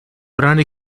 brani